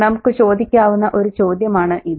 നമുക്ക് ചോദിക്കാവുന്ന ഒരു ചോദ്യമാണിത്